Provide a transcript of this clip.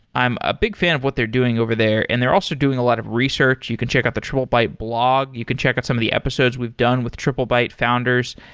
i'm a big fan of what they're doing over there and they're also doing a lot of research. you can check out the triplebyte blog. you can check out some of the episodes we've done with triplebyte founders.